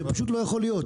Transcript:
זה פשוט לא יכול להיות.